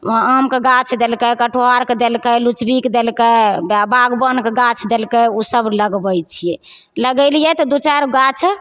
वहाँ आमके गाछ देलकै कटहरके देलकै लुचबीके देलकै बाए बागबनके गाछ देलकै ओ सब लगबै छियै लगेलियै तऽ दू चारि गो गाछ